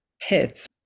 pits